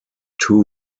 two